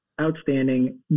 outstanding